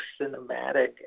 cinematic